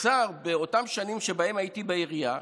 באותן שנים שבהן הייתי בעירייה,